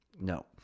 No